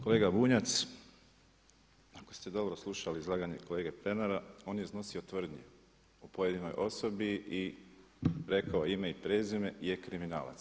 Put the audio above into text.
Kolega Bunjac, ako ste dobro slušali izlaganje kolege Pernara, on je iznosio tvrdnje o pojedinoj osobi i rekao ime i prezime – je kriminalac.